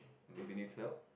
if he needs help